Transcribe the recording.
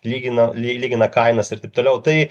lygino lygina kainas ir taip toliau tai